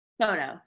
photo